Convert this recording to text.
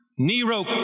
Nero